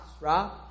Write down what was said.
right